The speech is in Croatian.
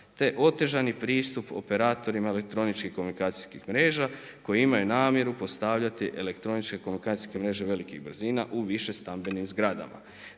te otežani pristup operatorima elektroničkih komunikacijskih mreža koje imaju namjeru postavljati elektroničke komunikacijske mreže velikih brzina u više stambenim zgradama.